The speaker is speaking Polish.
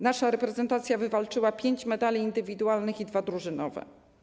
Nasza reprezentacja wywalczyła pięć medali indywidualnych i dwa drużynowe.